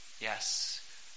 Yes